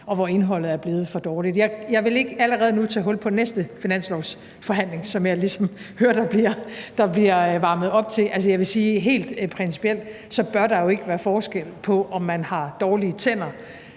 og hvor indholdet er blevet for dårligt. Jeg vil ikke allerede nu tage hul på næste finanslovsforhandling, som jeg ligesom hører der bliver varmet op til. Altså, jeg vil sige helt principielt, at der jo ikke bør være forskel på, om man har dårlige tænder,